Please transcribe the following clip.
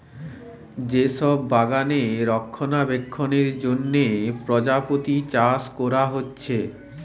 যে সব বাগানে রক্ষণাবেক্ষণের জন্যে প্রজাপতি চাষ কোরা হচ্ছে